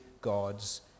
God's